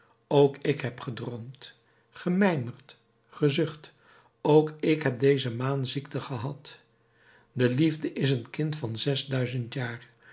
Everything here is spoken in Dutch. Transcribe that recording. ook ik heb gedroomd gemijmerd gezucht ook ik heb deze maanziekte gehad de liefde is een kind van zesduizend jaar